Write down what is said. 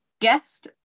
guest